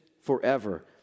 forever